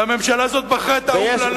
והממשלה הזאת בחרה את האומללה,